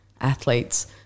athletes